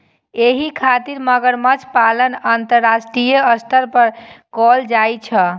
एहि खातिर मगरमच्छ पालन अंतरराष्ट्रीय स्तर पर कैल जाइ छै